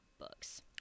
books